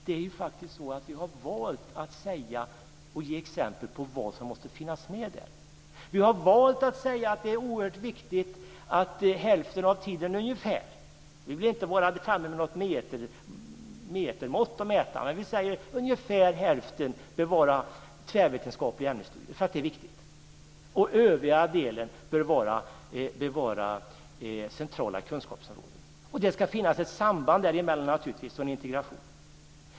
Det är faktiskt så att vi har valt att ge exempel på vad som måste finnas med. Vi vill inte vara framme med något metermått och mäta, men vi har valt att säga att det är oerhört viktigt att ungefär hälften av tiden bör vara tvärvetenskapliga ämnesstudier. Övriga delen bör vara centrala kunskapsområden. Det ska naturligtvis finnas ett samband däremellan och en integration.